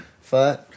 fight